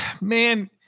man